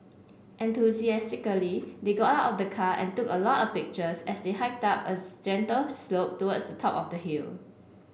enthusiastically they got out of the car and took a lot of pictures as they hiked up a gentle slope towards the top of the hill